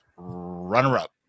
runner-up